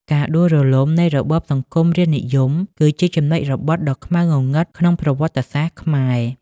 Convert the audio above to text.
ការដួលរលំនៃរបបសង្គមរាស្រ្តនិយមគឺជាចំណុចរបត់ដ៏ខ្មៅងងឹតក្នុងប្រវត្តិសាស្ត្រខ្មែរ។